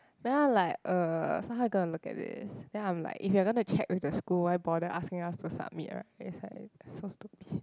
then I like uh so how you gonna look at this then I'm like if you gonna check with the school why bother asking us to submit right is like so stupid